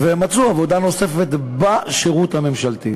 והם מצאו עבודה נוספת בשירות הממשלתי.